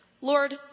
Lord